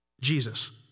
Jesus